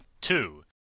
Two